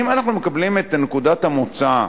אם אנחנו מקבלים את נקודת המוצא,